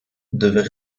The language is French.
devait